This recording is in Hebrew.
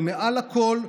ומעל הכול,